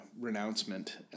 renouncement